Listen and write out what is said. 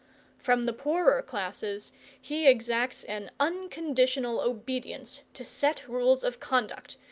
from the poorer classes he exacted and unconditional obedience to set rules of conduct,